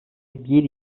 bir